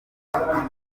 uyumuhungu